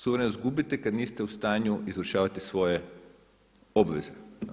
Suverenost gubite kada niste u stanju izvršavati svoje obveze.